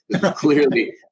clearly